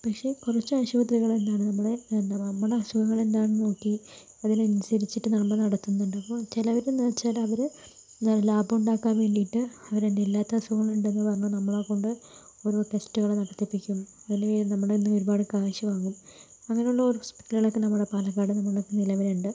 പക്ഷേ കുറച്ച് അശുപത്രികൾ എന്താണ് നമ്മളെ എന്താണ് നമ്മുടെ അസുഖങ്ങൾ എന്താണെന്ന് നോക്കി അതിനനുസരിച്ചിട്ട് നന്മ നടത്തുന്നുണ്ട് ചിലവരെന്ന് വെച്ചാൽ അവർ എന്താണ് ലാഭം ഉണ്ടാക്കാൻ വേണ്ടിയിട്ട് അവരെന്താ ഇല്ലാത്ത അസുഖങ്ങളുണ്ടെന്ന് പറഞ്ഞിട്ട് നമ്മളെക്കൊണ്ട് ഓരോ ടെസ്റ്റുകൾ നടത്തിപ്പിക്കും അതിന് വേണ്ടി നമ്മുടേന്ന് ഒരുപാട് കാശ് വാങ്ങും അങ്ങനെയുള്ള ഹോസ്പിറ്റലുകളൊക്കെ നമ്മുടെ പാലക്കാട് നമ്മളുടെ ഇപ്പം നിലവിലുണ്ട്